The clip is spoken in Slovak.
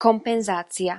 kompenzácia